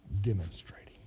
demonstrating